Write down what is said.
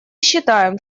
считаем